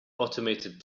automated